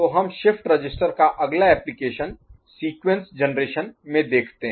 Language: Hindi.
तो हम शिफ्ट रजिस्टर का अगला एप्लीकेशन सीक्वेंस जनरेशन में देखते हैं